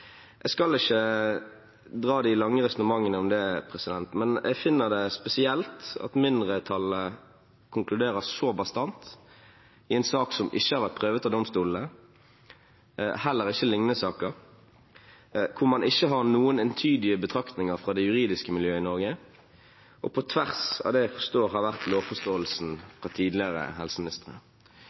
Jeg skal ikke dra de lange resonnementer om det, men jeg finner det spesielt at mindretallet konkluderer så bastant i en sak som ikke har vært prøvd for domstolene – det har heller ikke lignende saker – hvor man ikke har noen entydige betraktninger fra det juridiske miljøet i Norge, og på tvers av det jeg forstår har vært lovforståelsen fra tidligere helseministre.